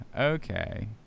okay